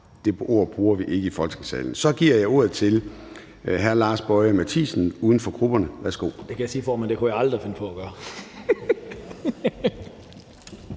det ord bruger vi ikke i Folketingssalen. Så giver jeg ordet til hr. Lars Boje Mathiesen uden for grupperne. Værsgo. Kl. 13:53 (Privatist) Lars Boje Mathiesen